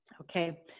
Okay